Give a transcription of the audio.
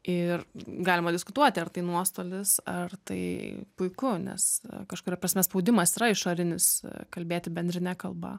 ir galima diskutuoti ar tai nuostolis ar tai puiku nes kažkuria prasme spaudimas yra išorinis kalbėti bendrine kalba